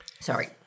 Sorry